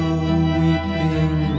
weeping